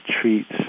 treats